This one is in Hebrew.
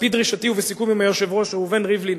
על-פי דרישתי ובסיכום עם היושב-ראש ראובן ריבלין,